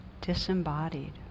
disembodied